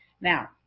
Now